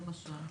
למשל?